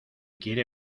quiere